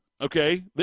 okay